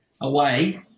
away